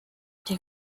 der